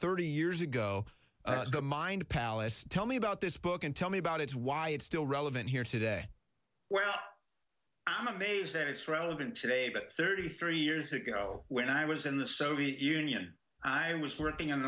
thirty years ago the mind palace tell me about this book and tell me about it is why it's still relevant here today well i'm amazed that it's relevant today but thirty three years ago when i was in the soviet union i was working on the